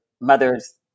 mother's